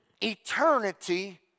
Eternity